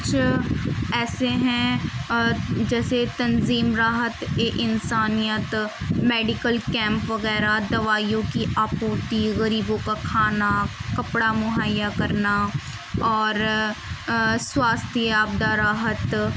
کچھ ایسے ہیں جیسے تنظیم راحت انسانیت میڈیکل کیمپ وغیرہ دوائیوں کی آپورتی غریبوں کا کھانا کپڑا مہیا کرنا اور سواستھ آپدا راحت